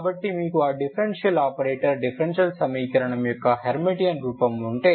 కాబట్టి మీకు ఆ డిఫరెన్షియల్ ఆపరేటర్ డిఫరెన్షియల్ సమీకరణం యొక్క హెర్మిటియన్ రూపం ఉంటే